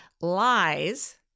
lies